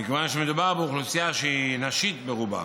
כיוון שמדובר באוכלוסייה שהיא נשית ברובה,